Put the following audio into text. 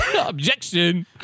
Objection